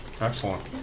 Excellent